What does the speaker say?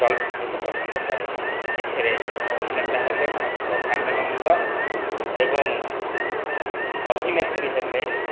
ଚଳଚ୍ଚିତ୍ରକୁ ପସନ୍ଦ କରେ ଏଥିରେ ଅଭିନେତା ହେଲେ ପ୍ରଶାନ୍ତ ନନ୍ଦ ଏବଂ ଅଭିନେତ୍ରୀ ହେଲେ